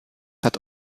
hat